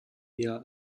eher